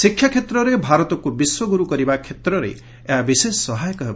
ଶିକ୍ଷାକ୍ଷେତ୍ରରେ ଭାରତକୁ ବିଶ୍ୱଗୁରୁ କରିବା କ୍ଷେତ୍ରରେ ଏହା ବିଶେଷ ସହାୟକ ହେବ